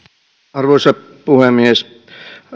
arvoisa puhemies